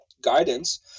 guidance